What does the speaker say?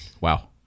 Wow